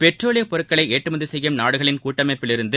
பெட்ரோலியப் பொருட்களை ஏற்றுமதி செய்யும் நாடுகளின் கூட்டமைப்பில் இருந்து